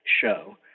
show